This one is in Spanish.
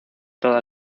toda